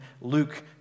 Luke